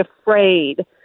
afraid